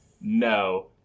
no